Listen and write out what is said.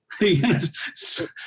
Yes